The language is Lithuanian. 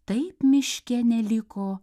taip miške neliko